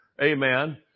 Amen